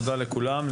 תודה לכולם,